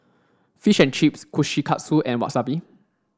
Fish and Chips Kushikatsu and Wasabi